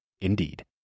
Indeed